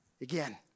again